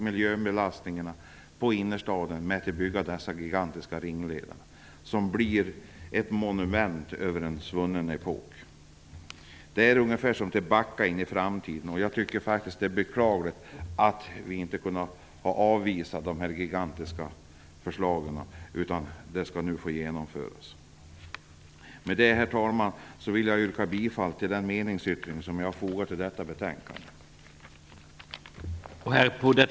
Miljöbelastningen på innerstaden minskas inte genom att dessa gigantiska ringleder byggs. De blir ett monument över en svunnen epok. Det är som att backa in i framtiden. Jag tycker att det är beklagligt att dessa gigantiska förslag inte skall avvisas utan i stället får genomföras. Herr talman! Jag yrkar bifall till den meningsyttring som är fogad till betänkandet.